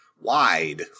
wide